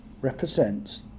represents